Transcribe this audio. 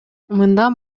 мындан